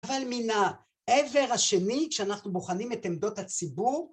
אבל מן העבר השני כשאנחנו בוחנים את עמדות הציבור